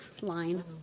line